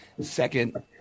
Second